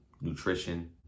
nutrition